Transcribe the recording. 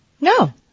No